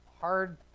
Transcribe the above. hard